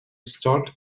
start